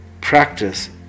practice